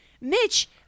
Mitch